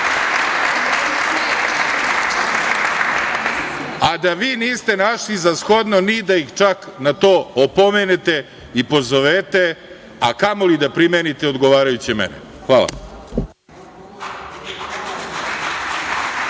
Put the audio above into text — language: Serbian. a da vi niste našli za shodno ni da ih čak na to opomenete i pozovete, a kamoli da primenite odgovarajuće mere. Hvala.